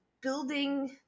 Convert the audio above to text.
building